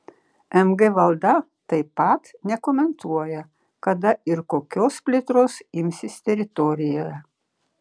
mg valda taip pat nekomentuoja kada ir kokios plėtros imsis teritorijoje